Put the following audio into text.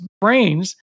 brains